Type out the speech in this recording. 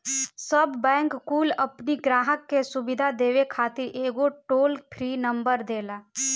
सब बैंक कुल अपनी ग्राहक के सुविधा देवे खातिर एगो टोल फ्री नंबर देला